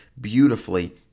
beautifully